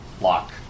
lock